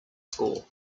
school